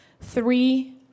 three